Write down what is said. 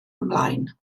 ymlaen